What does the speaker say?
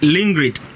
Lingrid